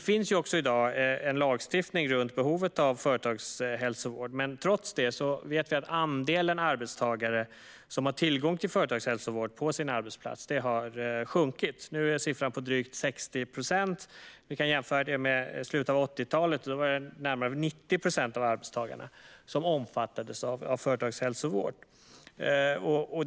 Trots att det finns en lagstiftning om behovet av företagshälsovård har andelen arbetstagare som har tillgång till företagshälsovård på sin arbetsplats sjunkit. Nu är siffran drygt 60 procent, vilket kan jämföras med slutet av 1980-talet då närmare 90 procent av arbetstagarna omfattades av företagshälsovård.